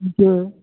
okay